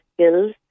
skills